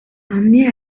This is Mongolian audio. амны